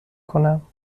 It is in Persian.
کنم